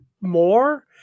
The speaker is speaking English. more